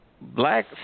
black